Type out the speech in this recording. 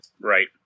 Right